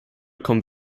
kommen